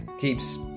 keeps